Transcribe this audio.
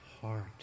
heart